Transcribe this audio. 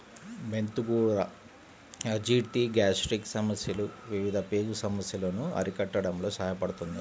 మెంతి కూర అజీర్తి, గ్యాస్ట్రిక్ సమస్యలు, వివిధ పేగు సమస్యలను అరికట్టడంలో సహాయపడుతుంది